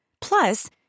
Plus